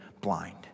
blind